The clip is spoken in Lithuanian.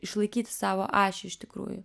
išlaikyti savo ašį iš tikrųjų